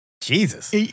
Jesus